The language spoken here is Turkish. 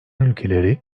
ülkeleri